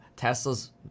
Tesla's